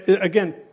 again